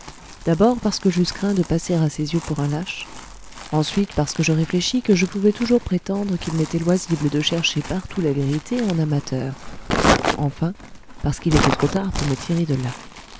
d'abord parce que j'eusse craint de passer à ses yeux pour un lâche ensuite parce que je réfléchis que je pouvais toujours prétendre qu'il m'était loisible de chercher partout la vérité en amateur enfin parce qu'il était trop tard pour me tirer de là